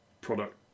product